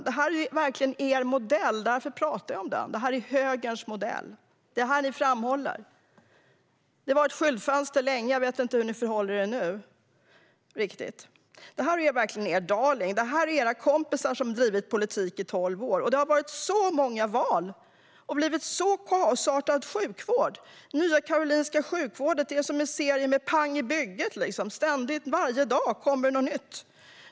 Detta är verkligen er modell. Därför pratar jag om den. Det är högerns modell. Det är detta ni framhåller. Det var länge ett skyltfönster. Jag vet inte riktigt hur ni förhåller er till det nu. Detta är verkligen er darling. Det är era kompisar som har drivit politiken i tolv år. Det har varit så många val, och det har blivit en så kaosartad sjukvård. Nya Karolinska är som ett avsnitt i Pang i bygget . Varje dag kommer det något nytt.